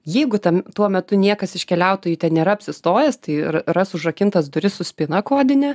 jeigu tam tuo metu niekas iš keliautojų ten nėra apsistojęs tai ra ras užrakintas duris su spyna kodine